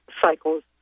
cycles